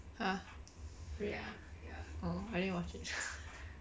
!huh! really oh I didn't watch it